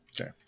Okay